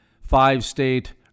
five-state